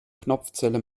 knopfzelle